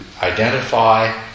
identify